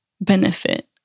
benefit